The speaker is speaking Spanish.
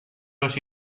los